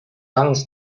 islands